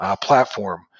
platform